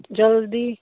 ਜਲਦੀ